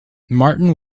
martin